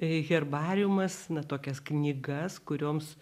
herbariumas na tokias knygas kurioms